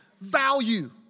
Value